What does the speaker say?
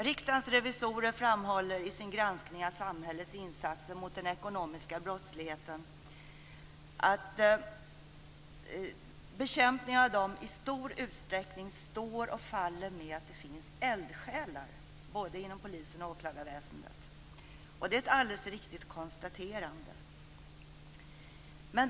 Riksdagens revisorer framhåller i sin granskning att samhällets bekämpning av den ekonomiska brottsligheten i stor utsträckning står och faller med att det finns eldsjälar både inom polisen och åklagarväsendet. Det är ett alldeles riktigt konstaterande.